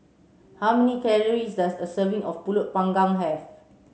how many calories does a serving of Pulut panggang have